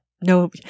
No